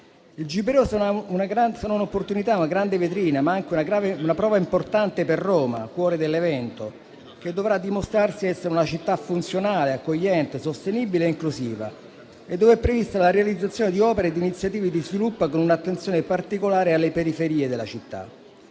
opportunità, una grande vetrina, ma anche una prova importante per Roma, cuore dell'evento, che dovrà dimostrare di essere una città funzionale e accogliente, sostenibile e inclusiva e dove è prevista la realizzazione di opere e di iniziative di sviluppo, con un'attenzione particolare alle periferie della città.